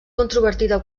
controvertida